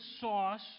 sauce